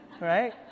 right